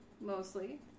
mostly